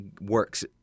works